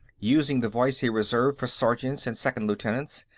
using the voice he reserved for sergeants and second lieutenants.